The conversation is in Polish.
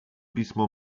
pismo